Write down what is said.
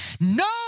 No